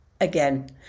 again